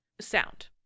sound